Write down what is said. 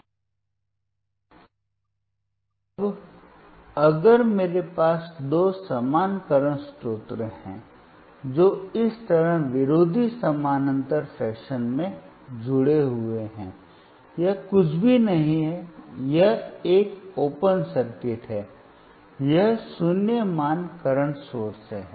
अब अगर मेरे पास दो समान वर्तमान स्रोत हैं जो इस तरह समानांतर समानांतर फैशन में जुड़े हुए हैंयह कुछ भी नहीं है यह एक ओपन सर्किट है यह 0 मान करंट सोर्स है